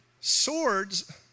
swords